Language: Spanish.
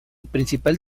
principal